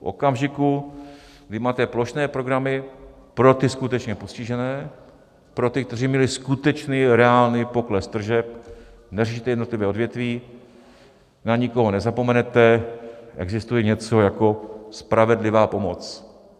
V okamžiku, kdy máte plošné programy pro skutečně postižené, pro ty, kteří měli skutečný, reálný pokles tržeb, neřešíte jednotlivé odvětví, na nikoho nezapomenete, existuje něco jako spravedlivá pomoc.